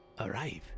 arrive